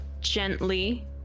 gently